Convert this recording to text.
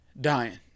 dying